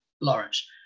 Lawrence